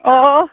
ꯑꯣ